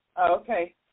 Okay